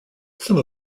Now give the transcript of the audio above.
some